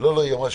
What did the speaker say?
גם וגם,